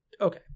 okay